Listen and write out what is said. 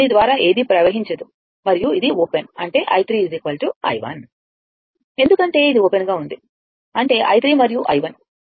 దీని ద్వారా ఏదీ ప్రవహించదు మరియు ఇది ఓపెన్ అంటే i 3 i 1 ఎందుకంటే ఇది ఓపెన్ గా ఉంది అంటే i 3 మరియు i 1